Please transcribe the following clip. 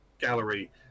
gallery